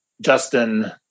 Justin